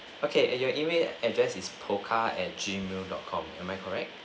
okay your email address is pokka at G mail dot com am I correct